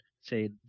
Say